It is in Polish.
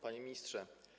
Panie Ministrze!